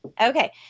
Okay